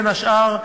בין השאר,